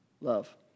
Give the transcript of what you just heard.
Love